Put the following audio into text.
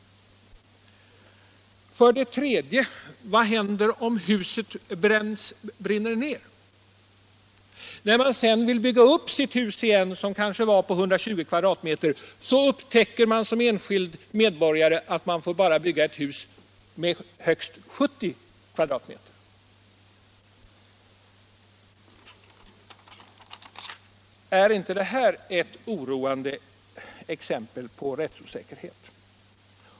Och för det tredje: Vad händer om huset brinner ned? När man vill bygga upp sitt hus igen — det kanske var på 120 m? — upptäcker man som enskild medborgare att man bara får bygga ett hus med högst 70 m? yta. Är inte det här ett oroande exempel på rättsosäkerhet?